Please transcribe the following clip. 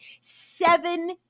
seven